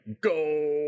Go